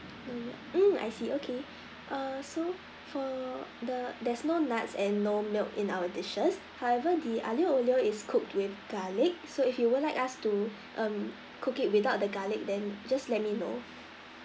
mm I see okay err so for the there's no nuts and no milk in our dishes however the aglio olio is cook with garlic so if you would like us to um cook it without the garlic then just let me know